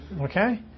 Okay